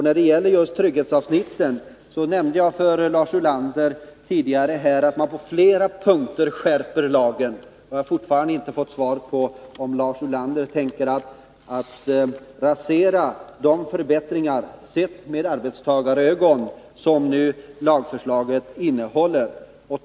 När det gäller just trygghetsavsnitten nämnde jag för Lars Ulander tidigare att man på flera punkter skärper lagen. Jag har fortfarande inte fått veta om Lars Ulander tänker rasera de förbättringar, sedda med arbetstagarögon, som lagen innehåller.